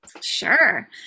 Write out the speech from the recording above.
Sure